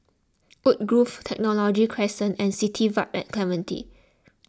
Woodgrove Technology Crescent and City Vibe at Clementi